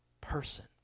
person